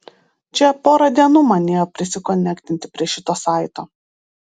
čia porą dienų man nėjo prisikonektinti prie šito saito